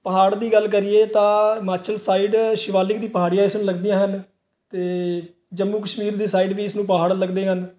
ਪਹਾੜ ਦੀ ਗੱਲ ਕਰੀਏ ਤਾਂ ਹਿਮਾਚਲ ਸਾਈਡ ਸ਼ਿਵਾਲਿਕ ਦੀ ਪਹਾੜੀ ਇਸਨੂੰ ਲੱਗਦੀਆਂ ਹਨ ਅਤੇ ਜੰਮੂ ਕਸ਼ਮੀਰ ਦੀ ਸਾਈਡ ਵੀ ਇਸ ਨੂੰ ਪਹਾੜ ਲੱਗਦੇ ਹਨ